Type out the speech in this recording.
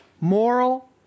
Moral